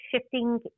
shifting